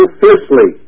fiercely